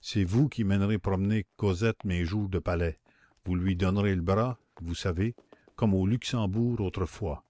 c'est vous qui mènerez promener cosette mes jours de palais vous lui donnerez le bras vous savez comme au luxembourg autrefois